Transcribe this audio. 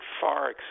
far